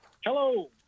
Hello